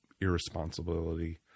irresponsibility